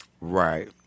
Right